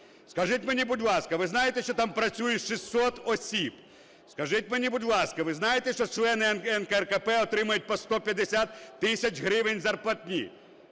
Скажіть мені, будь ласка, ви знаєте, що там працює 600 осіб? Скажіть мені, будь ласка, ви знаєте, що члени НКРЕКП отримують по 150 тисяч гривень зарплатні?